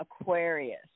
Aquarius